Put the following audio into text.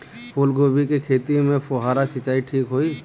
फूल गोभी के खेती में फुहारा सिंचाई ठीक होई?